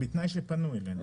בתנאי שפנו אלינו.